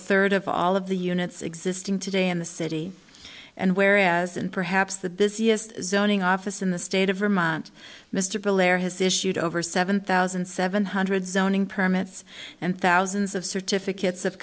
third of all of the units existing today in the city and where as in perhaps the busiest zoning office in the state of vermont mr blair has issued over seven thousand seven hundred zoning permits and thousands of certificates of